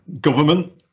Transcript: government